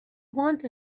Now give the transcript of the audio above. want